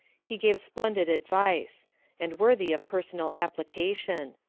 he gave splendid advice and worthy of personal application.